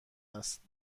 است